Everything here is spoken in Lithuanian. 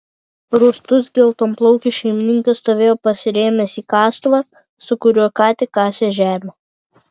rūstus geltonplaukis šeimininkas stovėjo pasirėmęs į kastuvą su kuriuo ką tik kasė žemę